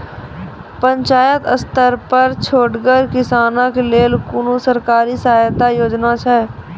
पंचायत स्तर पर छोटगर किसानक लेल कुनू सरकारी सहायता योजना छै?